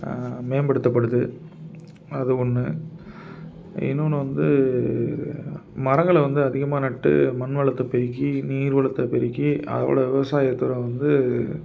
மேம்படுத்தப்படுது அது ஒன்று இன்னோன்னு வந்து மரங்களை வந்து அதிகமாக நட்டு மண்வளத்தை பெருக்கி நீர் வளத்தை பெருக்கி அதோடய விவசாயத்தோடய வந்து